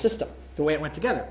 system the way it went together